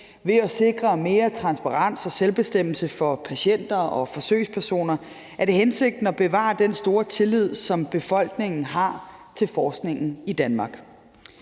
Ved at sikre mere transparens og selvbestemmelse for patienter og forsøgspersoner er det hensigten at bevare den store tillid, som befolkningen har til forskningen i Danmark.